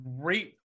great